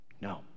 No